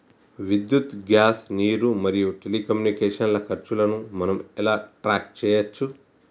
విద్యుత్ గ్యాస్ నీరు మరియు టెలికమ్యూనికేషన్ల ఖర్చులను మనం ఎలా ట్రాక్ చేయచ్చు?